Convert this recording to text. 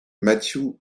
matthew